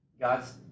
God's